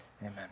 amen